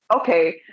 okay